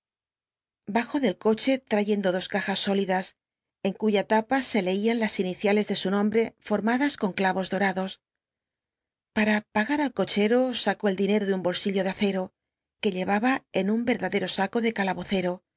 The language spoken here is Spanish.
dajó del coche trayendo dos cajas sólidas en cuya tapa se leían las iniciales de su nombre forllladas con clavos dorados pam pagar al cocbero sacú el dinero de un bolsillo de acero que llevaba en un erdadero saco de